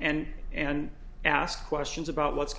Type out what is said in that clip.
and and ask questions about what's